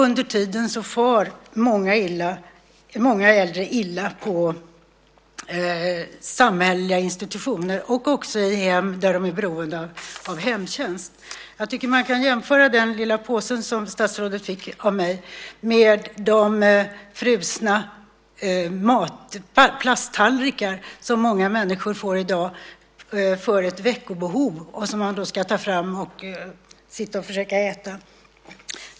Under tiden far många äldre illa på samhälleliga institutioner och också i hem där de är beroende av hemtjänst. Jag tycker att man kan jämföra den lilla påse som statsrådet fick av mig med de frusna plasttallrikar som många människor får i dag för ett veckobehov och som man ska ta fram och försöka äta.